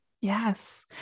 Yes